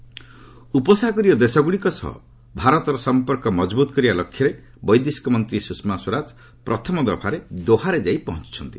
ସୁଷମା ଉପସାଗରିୟ ଦେଶଗୁଡ଼ିକ ସହ ଭାରତର ସମ୍ପର୍କ ମଜବୁତ କରିବା ଲକ୍ଷ୍ୟରେ ବୈଦେଶିକ ମନ୍ତ୍ରୀ ସୁଷମା ସ୍ୱରାଜ ପ୍ରଥମ ଦଫାରେ ଦୋହାରେ ଯାଇ ପହଞ୍ଚିଚ୍ଚନ୍ତି